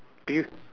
do you